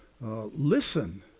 Listen